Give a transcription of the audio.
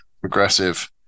progressive